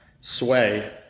Sway